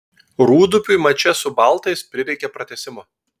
rūdupiui mače su baltais prireikė pratęsimo